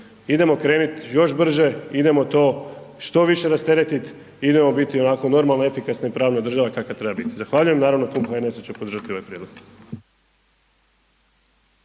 Idemo krenuti još brže, idemo to što više rasteretiti, idemo biti onako normalna efikasna i pravna država, kakva treba biti. Zahvaljujem. Naravno, Klub HNS-a će podržati ovaj prijedlog.